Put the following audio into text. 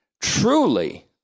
truly